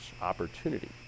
opportunity